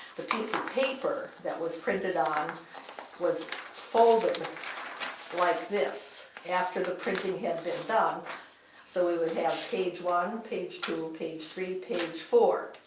the piece of paper that it was printed on was folded like this after the printing had been done so we would have page one, page two, page three, page four.